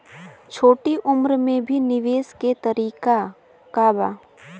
छोटी उम्र में भी निवेश के तरीका क बा?